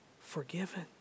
forgiven